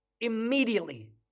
Immediately